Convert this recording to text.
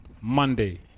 Monday